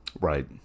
Right